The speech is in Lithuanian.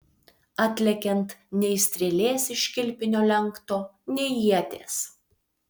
atlekiant nei strėlės iš kilpinio lenkto nei ieties